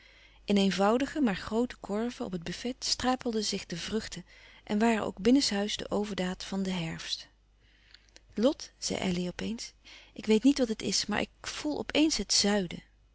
in eenvoudige maar groote korven op het buffet stapelden zich de vruchlouis couperus van oude menschen de dingen die voorbij gaan ten en waren ook binnenshuis de overdaad van den herfst lot zei elly opeens ik weet niet wat het is maar ik voel op eens het zuiden